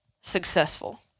successful